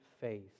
faith